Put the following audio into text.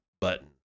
button